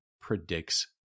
predicts